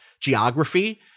geography